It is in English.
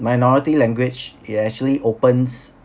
minority language it actually opens